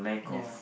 yeah